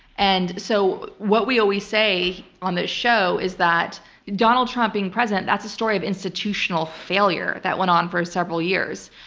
and so what we always say on this show is that donald trump being president, that's a story of institutional failure that went on for several years,